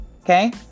Okay